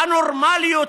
הא-נורמליות